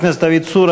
חבר הכנסת דוד צור,